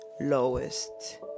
lowest